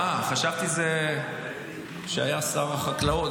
חשבתי שהיה שר החקלאות.